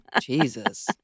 Jesus